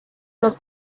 los